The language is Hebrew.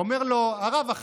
אמר לו: הרב,